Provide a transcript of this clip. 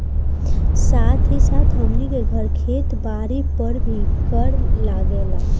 साथ ही साथ हमनी के घर, खेत बारी पर भी कर लागेला